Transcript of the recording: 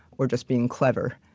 or just being clever.